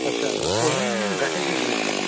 अच्छा त कूलिंग घटि थी ॾे पई